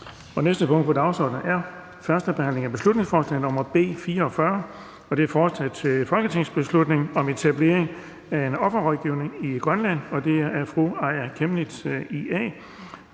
næste punkt på dagsordenen er: 6) 1. behandling af beslutningsforslag nr. B 44: Forslag til folketingsbeslutning om etablering af en offerrådgivning i Grønland. Af Aaja Chemnitz (IA).